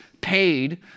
paid